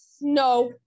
No